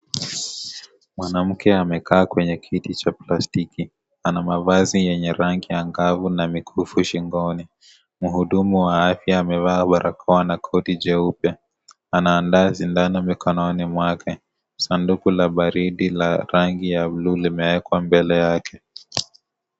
Mwanamke amekaa kwenye kiti cha plastiki ,ana mavazi yenye rangi ya ngavu na mikufu shingoni .Mhudumu wa afya amevaa barakoa na koti jeupe, anaandaa sindano mikononi mwake . Sanduku la baridi la rangi ya bluu limeekwa mbele yake.